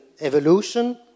evolution